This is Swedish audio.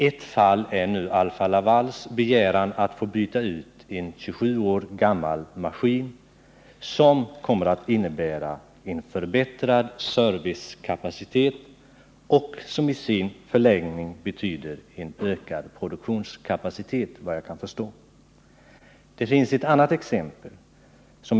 Ett fall är nu Alfa-Lavals begäran att få byta ut en 27 år gammal maskin, som kommer att innebära förbättrad servicekapacitet, vilket enligt vad jag kan förstå i förlängningen betyder en ökad produktionskapacitet. Det finns ett annat exempel.